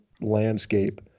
landscape